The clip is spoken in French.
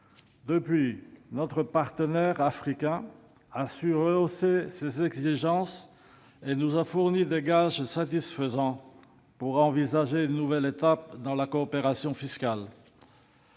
Depuis, notre partenaire africain a su rehausser ses exigences et nous a fourni des gages suffisants pour envisager une nouvelle étape dans la coopération fiscale.